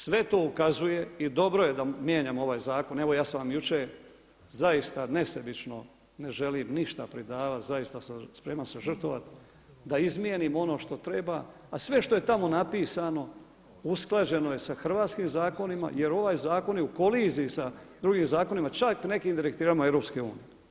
Sve to ukazuje, i dobro je da mijenjamo ovaj zakon, evo ja sam vam jučer zaista nesebično, ne želim ništa pridavati zaista sam spreman se žrtvovati, da izmijenimo ono što treba, a sve što je tamo napisano usklađeno je sa hrvatskim zakonima jer ovaj zakon je u koliziji sa drugim zakonima čak i nekim direktivama EU.